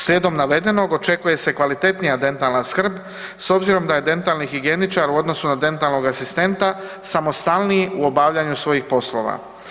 Slijedom navedenog očekuje se kvalitetnija dentalna skrb s obzirom da je dentalni higijeničar u odnosu na dentalnog asistenta samostalniji u obavljanju svojih poslova.